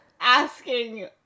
asking